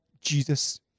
Jesus